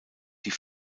die